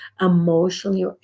emotionally